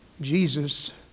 Jesus